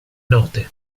note